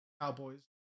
cowboys